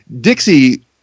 Dixie